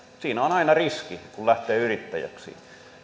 siinä on aina riski kun lähtee yrittäjäksi